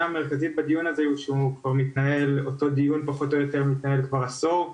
המרכזית בדיון הזה היא שאותה הדיון פחות או יותר מנהל כבר קרוב לעשור,